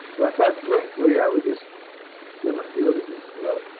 but i thought briefly i would just give a few images for those.